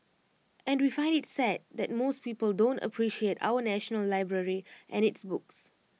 and we find IT sad that most people don't appreciate our National Library and its books